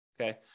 okay